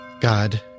God